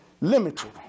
limited